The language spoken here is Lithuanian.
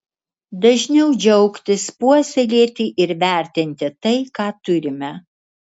dažniau džiaugtis puoselėti ir vertinti tai ką turime